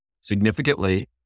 Significantly